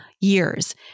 years